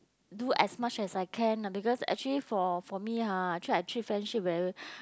do as much as I can ah because actually for for me ah actually I treat friendship very